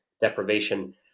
deprivation